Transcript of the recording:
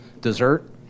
Dessert